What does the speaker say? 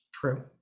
True